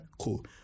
cool